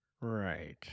right